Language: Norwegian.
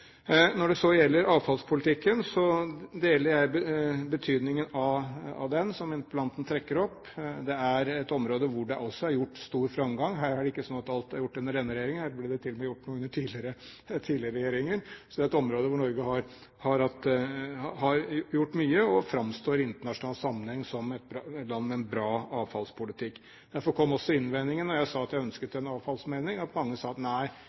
Når det så gjelder avfallspolitikken, deler jeg interpellantens syn på betydningen av den. Det er et område hvor det også er gjort stor framgang. Her er det ikke sånn at alt er gjort under denne regjeringen, her ble det til og med gjort noe under tidligere regjeringer. Så det er et område hvor Norge har gjort mye, og Norge framstår i internasjonal sammenheng som et land med en bra avfallspolitikk. Derfor kom også innvendingene da jeg sa at jeg ønsket en avfallsmelding. Mange sa: Nei, det er